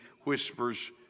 whispers